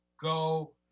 Go